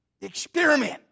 Experiment